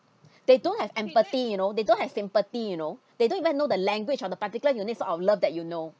they don't have empathy you know they don't have sympathy you know they don't even know the language of the particular you need sort of love that you know